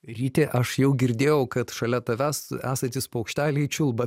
ryti aš jau girdėjau kad šalia tavęs esantys paukšteliai čiulba